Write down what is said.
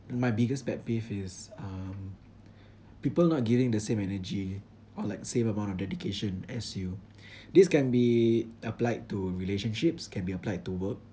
my biggest pet peeve is uh people not giving the same energy or like same amount of dedication as you this can be applied to relationships can be applied to work